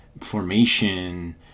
formation